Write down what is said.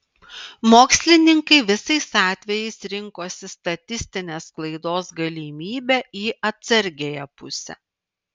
mokslininkai visais atvejais rinkosi statistinės klaidos galimybę į atsargiąją pusę